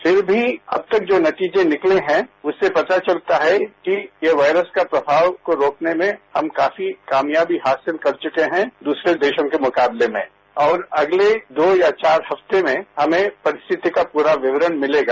फिर मी अब तक जो नतीजे निकले हैं उससे पता चलता है कि ये वायरस का प्रभाव रोकने में हम काफी कामयाबी हासिल कर चुके हैं दूसरे देशों के मुकाबले में और अगले दो या चार हफ्ते में हमें परिस्थिति का पूरा विवरण मिलेगा